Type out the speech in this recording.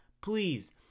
Please